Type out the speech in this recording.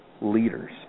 leaders